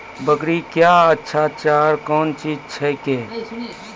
बकरी क्या अच्छा चार कौन चीज छै के?